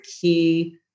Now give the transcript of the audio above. key